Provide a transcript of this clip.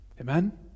Amen